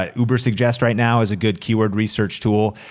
ah ubersuggest right now is a good keyword research tool,